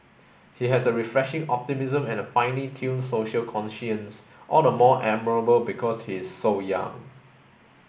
he has a refreshing optimism and a finely tuned social conscience all the more admirable because he is so young